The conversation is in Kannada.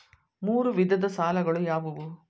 ಮೂರು ವಿಧದ ಸಾಲಗಳು ಯಾವುವು?